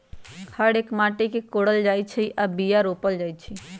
हर से माटि कोरल जाइ छै आऽ बीया रोप्ल जाइ छै